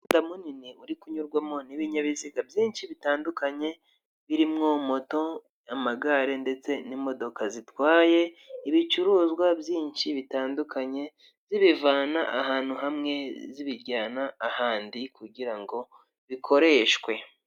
Umuhanda munini uri kunyurwamo n'ibinyabiziga byinshi bitandukanye birimo moto, amagare ndetse n'imodoka zitwaye ibicuruzwa byinshi bitandukanye, zibivana ahantu hamwe zibijyana ahandi kugira ngo bikoreshwe.